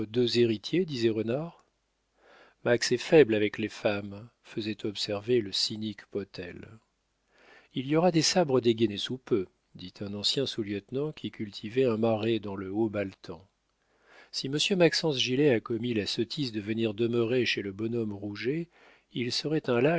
héritiers disait renard max est faible avec les femmes faisait observer le cynique potel il y aura des sabres de dégaînés sous peu dit un ancien sous-lieutenant qui cultivait un marais dans le haut baltan si monsieur maxence gilet a commis la sottise de venir demeurer chez le bonhomme rouget il serait